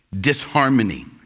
disharmony